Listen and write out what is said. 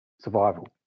survival